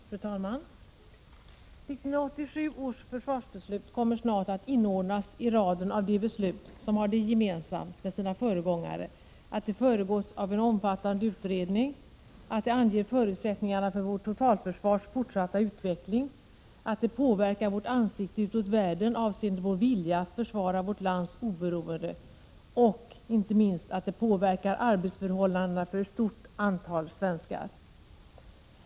Fru talman! 1987 års försvarsbeslut kommer snart att inordnas i raden av de beslut som har det gemensamt med sina föregångare att det föregåtts av en omfattande utredning, att det anger förutsättningarna för vårt totalförsvars fortsatta utveckling, att det påverkar vårt ansikte utåt världen avseende vår vilja att försvara vårt lands oberoende och, inte minst, att det påverkar arbetsförhållandena för ett stort antal svenskar.